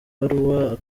akaba